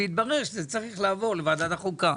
והתברר שזה צריך לעבור לוועדת החוקה.